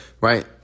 Right